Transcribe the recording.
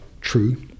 true